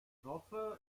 hoffe